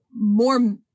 more